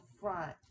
front